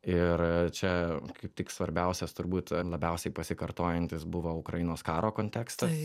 ir čia kaip tik svarbiausias turbūt ir labiausiai pasikartojantis buvo ukrainos karo kontekstas